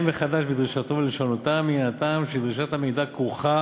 מחדש בדרישתו ולשנותה מן הטעם שדרישת המידע כרוכה